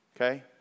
Okay